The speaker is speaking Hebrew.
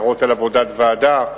הערות על עבודת ועדה.